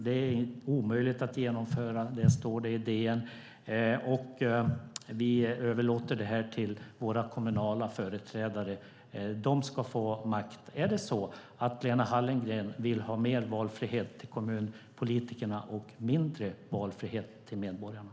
Det är omöjligt att genomföra, och vi överlåter det här till våra kommunala företrädare, för de ska få makten. Vill Lena Hallengren ha mer valfrihet till kommunpolitikerna och mindre valfrihet till medborgarna?